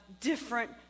different